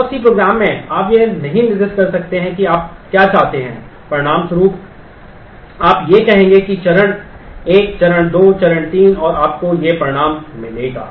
और C program में आप यह नहीं निर्दिष्ट कर सकते हैं कि आप क्या चाहते हैं परिणामस्वरूप आप यह कहेंगे कि चरण एक चरण दो चरण तीन और आपको यह परिणाम मिलेगा